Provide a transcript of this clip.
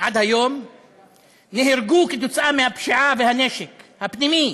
עד היום נהרגו בשל הפשיעה והנשק הפנימי